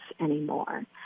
anymore